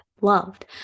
Loved